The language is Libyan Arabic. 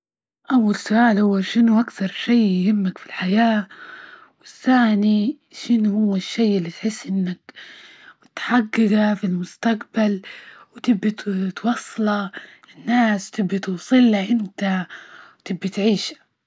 أول سؤال هو شنو أكثر شي يهمك في الحياة؟ والثاني شنو هو الشي إللي تحس إنك تحققها في المستقبل وتبي توصله للناس تبي توصله أنت، وتبى تعيشه.